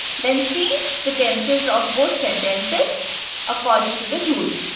then change the tenses of both sentences according to the rule.